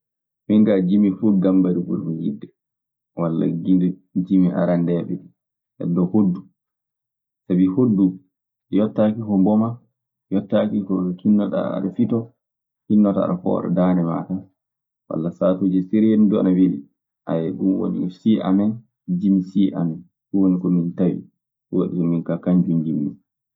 Min kaa jimi fuu Gambari ɓurmi yiɗde, walla jimmi arandeeɓe ɗii. Hoɗde hoddu, sabi hoddu yottaaki ko mbamaa, yotaaki ko kinnataa aɗe fitoo, a hinnoto aɗe fooɗa daande maa tan, walla saatuuji sereendu duu ana welli.. ɗun woni sii amen, jimi sii amen. Ɗun woni ko min tawi. Ɗun waɗi minka kañun njimmi